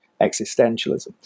existentialism